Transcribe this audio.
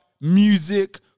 music